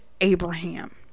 abraham